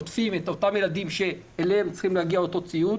עוטף את הילדים שאל ביתם צריך להגיע אותו ציוד.